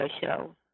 show